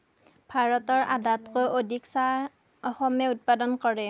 ভাৰতৰ আধাতকৈ অধিক চাহ অসমে উৎপাদন কৰে